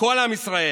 כל עם ישראל.